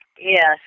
Yes